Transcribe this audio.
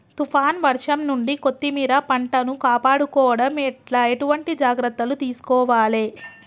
తుఫాన్ వర్షం నుండి కొత్తిమీర పంటను కాపాడుకోవడం ఎట్ల ఎటువంటి జాగ్రత్తలు తీసుకోవాలే?